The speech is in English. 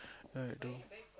ya I do